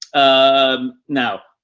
um, now,